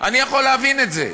אני יכול להבין את זה,